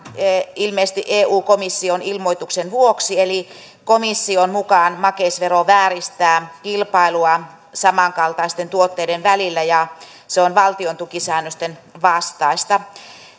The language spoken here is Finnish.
ilmeisesti eu komission ilmoituksen vuoksi eli komission mukaan makeisvero vääristää kilpailua samankaltaisten tuotteiden välillä ja se on valtiontukisäännösten vastaista